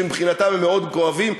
שמבחינתם הם מאוד כואבים,